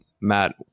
Matt